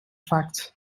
facts